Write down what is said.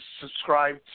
subscribe